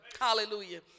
hallelujah